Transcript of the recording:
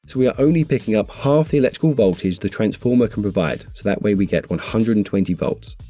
we are only picking up half the electrical voltage the transformer can provide. so, that way we get one hundred and twenty volts.